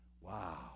Wow